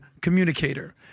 communicator